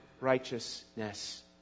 righteousness